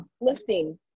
lifting